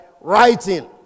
writing